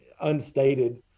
unstated